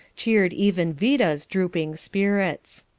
cheered even vida's drooping spirits.